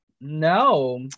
No